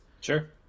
Sure